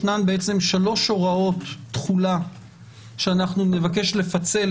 ישנן שתי הוראות תחולה שנבקש לפצל